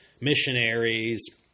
Missionaries